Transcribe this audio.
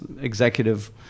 executive